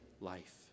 life